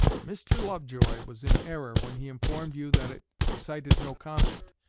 mr. lovejoy was in error when he informed you that it excited no comment,